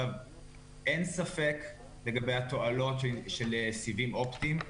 אין ספק לגבי התועלות של סיבים אופטיים.